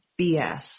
BS